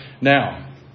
Now